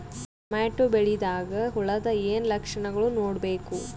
Tomato ಬೆಳಿದಾಗ್ ಹುಳದ ಏನ್ ಲಕ್ಷಣಗಳು ನೋಡ್ಬೇಕು?